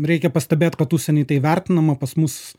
reikia pastebėt kad užsienyje tai vertinama pas mus